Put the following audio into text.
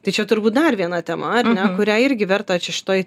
tai čia turbūt dar viena tema ar ne kurią irgi verta čia šitoj